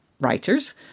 writers